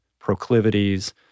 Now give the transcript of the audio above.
proclivities